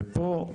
ופה,